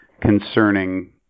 concerning